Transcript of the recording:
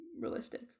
realistic